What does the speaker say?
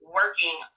working